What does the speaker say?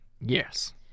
Yes